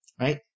right